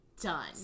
done